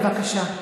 בבקשה.